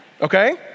Okay